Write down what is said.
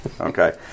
Okay